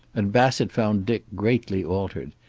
and bassett found dick greatly altered.